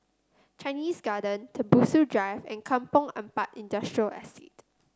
Chinese Garden Tembusu Drive and Kampong Ampat Industrial Estate